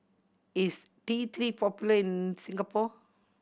is T Three popular in Singapore